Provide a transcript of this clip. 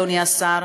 אדוני השר,